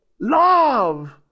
Love